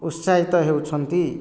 ଉତ୍ସାହିତ ହେଉଛନ୍ତି